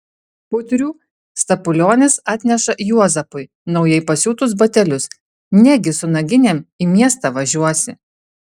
putrių stapulionis atneša juozapui naujai pasiūtus batelius negi su naginėm į miestą važiuosi